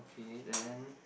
okay then